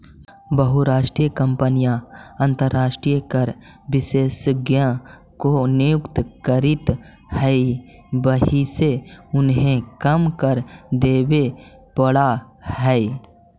बहुराष्ट्रीय कंपनियां अंतरराष्ट्रीय कर विशेषज्ञ को नियुक्त करित हई वहिसे उन्हें कम कर देवे पड़ा है